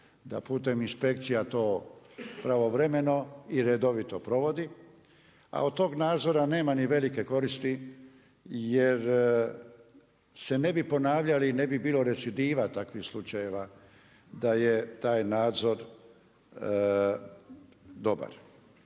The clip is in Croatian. da putem inspekcija to pravovremeno i redovito provodi. A od tog nadzora nema ni velike koristi jer se ne bi ponavljali i ne bi bilo recidiva takvih slučajeva da je taj nadzor dobar.